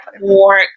more